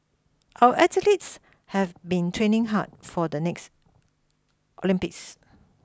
our athletes have been training hard for the next Olympics